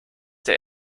der